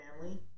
family